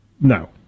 No